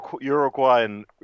Uruguayan